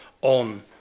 on